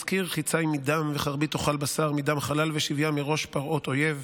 אשכיר חצי מדם וחרבי תאכל בשר מדם חלל ושביה מראש פרעות אויב.